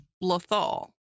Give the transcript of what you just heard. Lethal